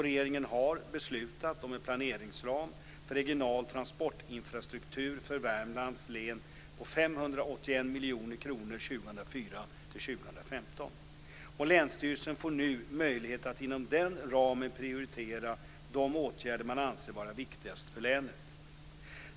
Regeringen har beslutat om en planeringsram för regional transportinfrastruktur för Värmlands län på 581 miljoner kronor 2004-2015. Länsstyrelsen får nu möjlighet att inom den ramen prioritera de åtgärder man anser vara viktigast för länet.